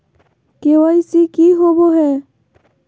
KYC की होबो है?